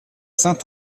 saint